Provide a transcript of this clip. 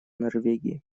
норвегии